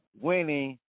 winning